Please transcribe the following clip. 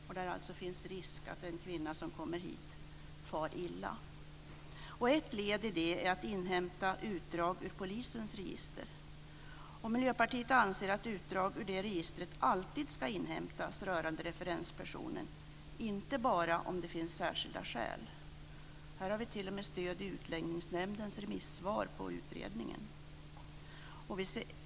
Det gäller alltså när det finns risk för att en kvinna som kommer hit far illa. Ett led i detta är att inhämta utdrag ur polisens register. Miljöpartiet anser att utdrag ur det registret alltid ska inhämtas rörande referenspersonen, inte bara om det finns särskilda skäl. I det här avseendet har vi t.o.m. stöd i Utlänningsnämndens remissvar på utredningen.